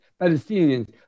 Palestinians